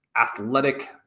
athletic